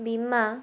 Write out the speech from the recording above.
ବୀମା